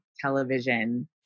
television